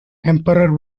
emperor